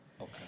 Okay